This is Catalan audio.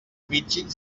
pidgin